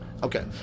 Okay